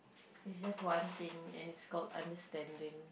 it's just one thing and it's called understanding